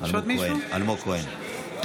אלמוג כהן,